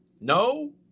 no